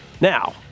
Now